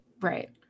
right